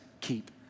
keep